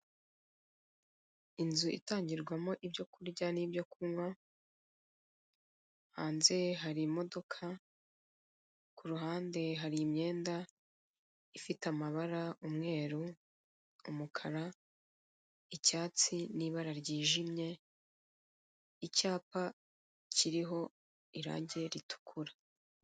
Inzu itangirwamo ibyo kurya nibyo kunywa, hanze hari imodoka, ku ruhande hari imyenda ifite amabara umweru, umukara, icyatsi n'ibara ryijimye, icyapa kiriho irange ritukura.